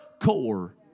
core